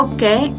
Okay